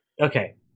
Okay